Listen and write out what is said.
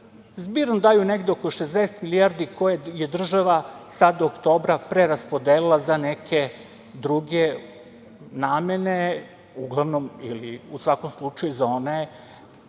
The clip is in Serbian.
zbirno daju negde oko 60 milijardi koje je država sada oktobra preraspodelila za neke druge namene, uglavnom ili u svakom slučaju za one